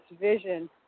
vision